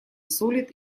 солит